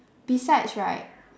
besides right